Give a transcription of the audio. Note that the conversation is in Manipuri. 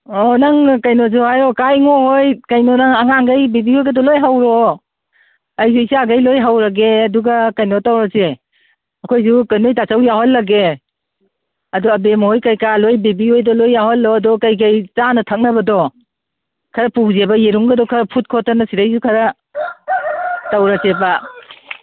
ꯑꯣ ꯅꯪꯅ ꯀꯩꯅꯣꯁꯨ ꯍꯥꯏꯌꯣ ꯀꯥ ꯏꯉꯣꯍꯣꯏ ꯀꯩꯅꯣ ꯅꯪ ꯑꯉꯥꯡꯈꯩ ꯕꯤꯕꯤꯍꯣꯏꯒꯗꯣ ꯂꯣꯏ ꯍꯧꯔꯛꯑꯣ ꯑꯩꯁꯨ ꯏꯆꯥꯈꯩ ꯂꯣꯏ ꯍꯧꯔꯒꯦ ꯑꯗꯨꯒ ꯀꯩꯅꯣ ꯇꯧꯔꯁꯦ ꯑꯩꯈꯣꯏꯁꯨ ꯀꯩꯅꯣ ꯅꯣꯏ ꯇꯥꯆꯧ ꯌꯥꯎꯍꯜꯂꯒꯦ ꯑꯗꯨ ꯑꯕꯦꯝꯍꯣꯏ ꯀꯩꯀꯥ ꯂꯣꯏ ꯕꯦꯕꯤꯍꯣꯏꯗꯣ ꯂꯣꯏ ꯌꯥꯎꯍꯜꯂꯣ ꯑꯗꯣ ꯀꯩꯀꯩ ꯆꯥꯅ ꯊꯛꯅꯕꯗꯣ ꯈꯔ ꯄꯨꯁꯦꯕ ꯈꯔ ꯌꯦꯔꯨꯝꯒꯗꯣ ꯈꯔ ꯐꯨꯠ ꯈꯣꯠꯇꯅ ꯁꯤꯗꯩꯁꯨ ꯈꯔ ꯇꯧꯔꯁꯦꯕ